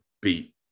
beat